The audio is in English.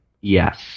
Yes